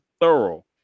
thorough